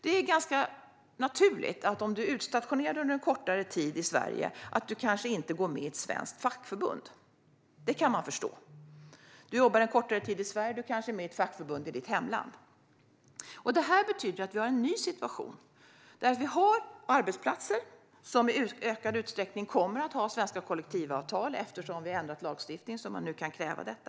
Om man är utstationerad under en kortare tid i Sverige är det ganska naturligt att man inte går med i ett svenskt fackförbund. Det kan jag förstå. Man jobbar en kortare tid i Sverige och kanske är med i ett fackförbund i sitt hemland. Det här betyder att vi har en ny situation med arbetsplatser som i ökad utsträckning kommer att ha svenska kollektivavtal. Eftersom vi har ändrat lagstiftningen kan man nu kräva detta.